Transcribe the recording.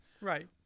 right